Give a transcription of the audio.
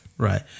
Right